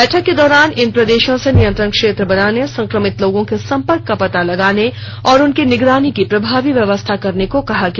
बैठक के दौरान इन प्रदेशों से नियंत्रण क्षेत्र बनाने संक्रमित लोगों के सम्पर्क का पता लगाने और उनकी निगरानी की प्रभावी व्यवस्था करने को कहा गया